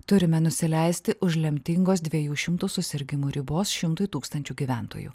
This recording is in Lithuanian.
turime nusileisti už lemtingos dviejų šimtų susirgimų ribos šimtui tūkstančių gyventojų